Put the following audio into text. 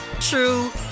true